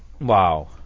Wow